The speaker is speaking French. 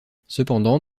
cependant